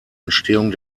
entstehung